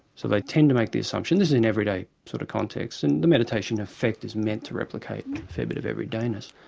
so they tend to make the assumption, this is in everyday sort of contexts, and the meditation effect is meant to replicate a fair bit of everydayness.